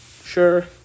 sure